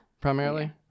primarily